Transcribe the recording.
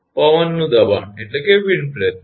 પવનનું દબાણ બરાબર